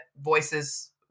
voices